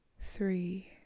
three